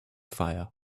fire